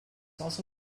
also